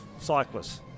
cyclists